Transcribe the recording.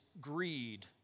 greed